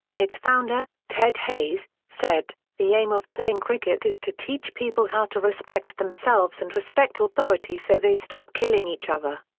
its founder, ted hayes, said, the aim of playing cricket is to teach people how to respect themselves and respect authority so they stop killing each other.